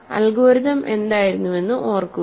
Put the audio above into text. algorithm എന്തായിരുന്നുവെന്ന് ഓർക്കുക